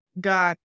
God